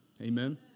Amen